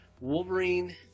Wolverine